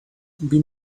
been